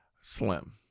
Slim